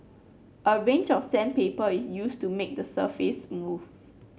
a range of sandpaper is used to make the surface smooth